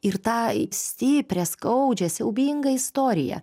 ir tą stiprią skaudžią siaubingą istoriją